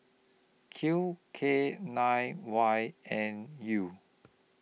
Q K nine Y N U